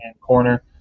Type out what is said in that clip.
corner